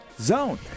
Zone